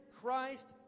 christ